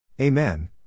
Amen